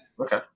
Okay